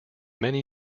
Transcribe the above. many